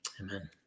Amen